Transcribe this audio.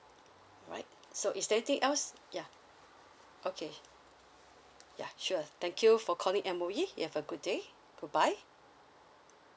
alright so is there anything else yeah okay yeah sure thank you for calling M_O_E you have a good day goodbye